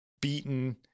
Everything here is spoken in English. beaten